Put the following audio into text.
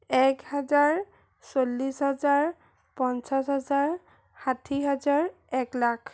এক হাজাৰ চল্লিছ হাজাৰ পঞ্চাছ হাজাৰ ষাঠি হাজাৰ একলাখ